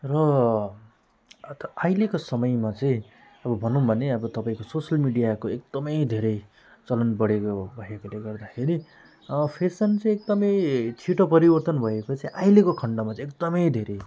र अन्त अहिलेको समयमा चाहिँ अब भनौँ भने अब तपाईँको सोसियल मिडियाको एकदमै धेरै चलन बढेको भएकोले गर्दाखेरि फेसन चाहिँ एकदमै छिटो परिवर्तन भएको चाहिँ अहिलेको खण्डमा चाहिँ एकदमै धेरै